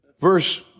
Verse